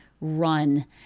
run